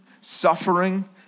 suffering